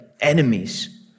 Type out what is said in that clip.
enemies